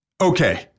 Okay